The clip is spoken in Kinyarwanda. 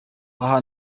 aha